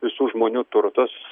visų žmonių turtas